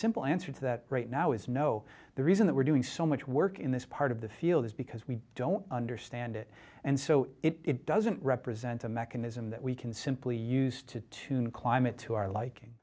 simple answer to that right now is no the reason that we're doing so much work in this part of the field is because we don't understand it and so it doesn't represent a mechanism that we can simply use to tune climate to our liking